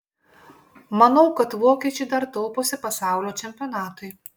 manau kad vokiečiai dar tauposi pasaulio čempionatui